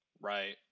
Right